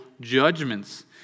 judgments